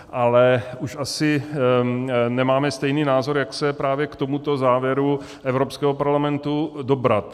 Ale už asi nemáme stejný názor, jak se právě k tomuto závěru Evropského parlamentu dobrat.